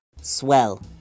Swell